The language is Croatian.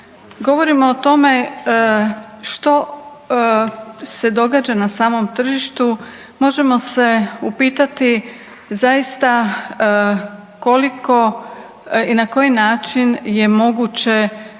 govorimo o tome što se događa na samom tržištu, možemo se upitati zaista koliko i na koji način je moguće